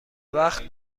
وقت